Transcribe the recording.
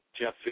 Jeff